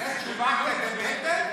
לא אמרת שלוש פעמים.